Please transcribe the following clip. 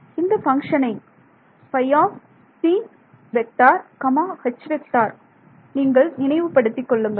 இந்த பங்க்ஷனை ΦTH நீங்கள் நினைவுபடுத்திக் கொள்ளுங்கள்